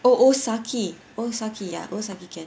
oh osaki osaki ya osaki can